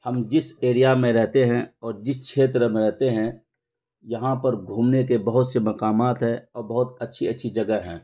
ہم جس ایریا میں رہتے ہیں اور جس چھیتر میں رہتے ہیں یہاں پر گھومنے کے بہت سے مقامات ہیں اور بہت اچھی اچھی جگہ ہیں